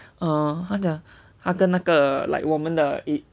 err 他讲他跟那个 like 我们的